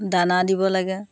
দানা দিব লাগে